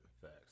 Facts